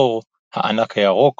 תור, הענק הירוק,